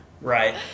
Right